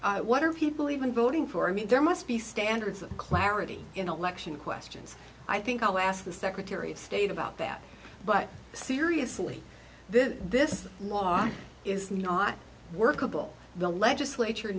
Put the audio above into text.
what are people even voting for i mean there must be standards of clarity in the election questions i think i'll ask the secretary of state about that but seriously this is this mark is not workable the legislature